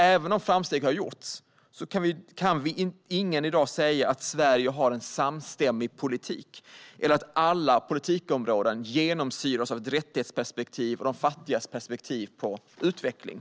Även om framsteg har gjorts kan ingen i dag säga att Sverige har en samstämmig politik eller att alla politikområden genomsyras av ett rättighetsperspektiv och fattigas perspektiv på utveckling.